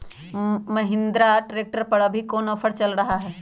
Mahindra tractor पर अभी कोन ऑफर चल रहा है?